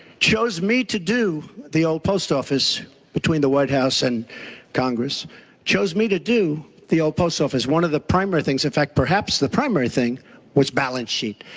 chose me to do the old post office between the white house and congress. they chose me to do the old post office one of the primary things, in fact, perhaps the primary thing was balance sheet.